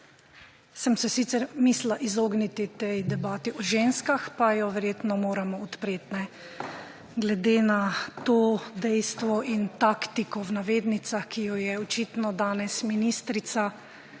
Sem se sicer mislila izogniti tej debati o ženskah, pa jo verjetno moramo odpreti, glede na to dejstvo in taktiko v navednicah, ki jo je očitno danes ministrica,